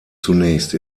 zunächst